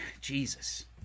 Jesus